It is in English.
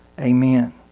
Amen